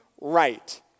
right